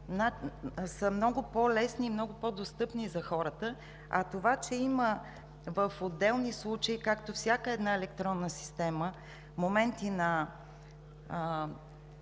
са много по-лесни и много по-достъпни за хората, а това, че в отделни случаи, както всяка една електронна система, има моменти на